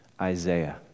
Isaiah